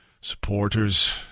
supporters